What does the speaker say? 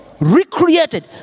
recreated